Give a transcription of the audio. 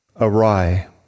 awry